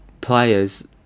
players